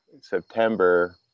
September